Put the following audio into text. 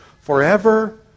forever